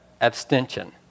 abstention